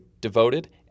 devoted